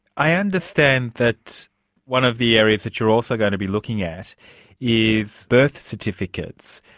i understand that one of the areas that you're also going to be looking at is birth certificates,